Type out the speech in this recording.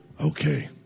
Okay